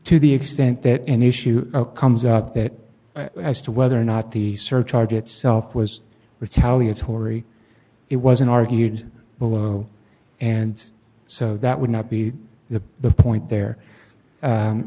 to the extent that any issue comes up that as to whether or not the surcharge itself was retaliatory it was an argued below and so that would not be the point there